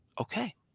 okay